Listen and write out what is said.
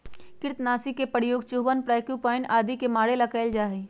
कृन्तकनाशी के प्रयोग चूहवन प्रोक्यूपाइन आदि के मारे ला कइल जा हई